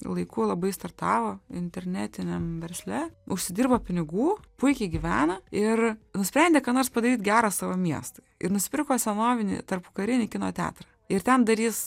laiku labai startavo internetiniam versle užsidirbo pinigų puikiai gyvena ir nusprendė ką nors padaryt gero savo miestui ir nusipirko senovinį tarpukarinį kino teatrą ir ten darys